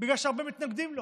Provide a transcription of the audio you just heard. בגלל שהרבה מתנגדים לו,